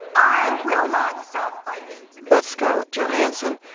i will not stop fighting that's scarlett johansson,